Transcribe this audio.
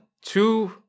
two